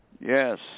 Yes